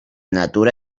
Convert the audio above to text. natura